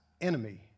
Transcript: enemy